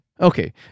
Okay